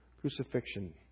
crucifixion